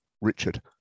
Richard